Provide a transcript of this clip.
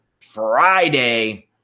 Friday